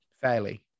Fairly